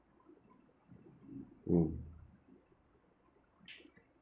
mm